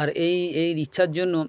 আর এই এই ইচ্ছার জন্য